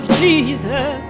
jesus